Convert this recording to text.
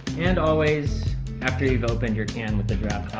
and always after you've opened your can with the